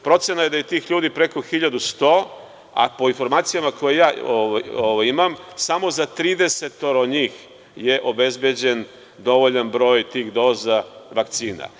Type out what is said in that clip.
Procena je da je tih ljudi preko 1.100, a po informacijama koje ja imam, samo za 30 njih je obezbeđen dovoljan broj tih doza vakcina.